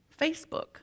Facebook